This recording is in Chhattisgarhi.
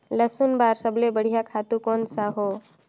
लसुन बार सबले बढ़िया खातु कोन सा हो?